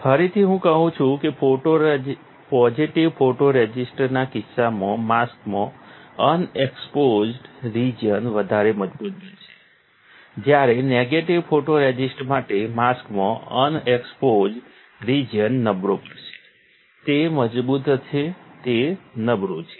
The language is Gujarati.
ફરીથી હું કહું છું કે પોઝિટિવ ફોટોરઝિસ્ટના કિસ્સામાં માસ્કમાં અનએક્સપોઝ્ડ રિજિયન વધારે મજબૂત બનશે જ્યારે નેગેટિવ ફોટોરઝિસ્ટ માટે માસ્કમાં અનએક્સપોઝ્ડ રિજિયન નબળો પડશે તે મજબૂત છે તે નબળું છે